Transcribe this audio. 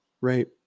right